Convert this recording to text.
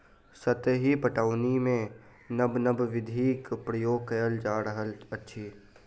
सतही पटौनीमे नब नब विधिक प्रयोग कएल जा रहल अछि